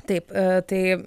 taip tai